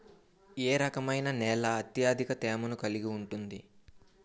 ఏ రకమైన నేల అత్యధిక తేమను కలిగి ఉంటుంది?